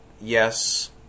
Yes